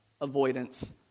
avoidance